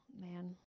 man